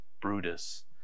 Brutus